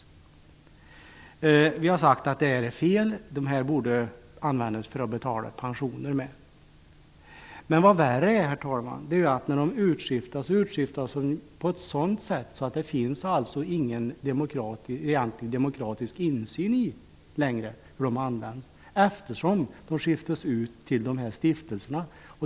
Vi i Vänsterpartiet har sagt att det är fel att göra så, och att pengarna borde användas till pensioner. Men det som värre är, herr talman, är att när dessa pengar utskiftas, utskiftas de på ett sådant sätt att det inte längre finns någon egentlig demokratisk insyn i hur de används. De skall ju skiftas ut till de nya stiftelserna.